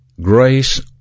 Grace